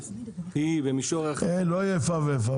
היא במישור אחר --- לא תהיה איפה ואיפה.